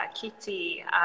kitty